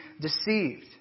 deceived